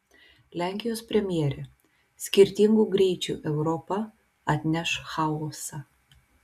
lenkijos premjerė skirtingų greičių europa atneš chaosą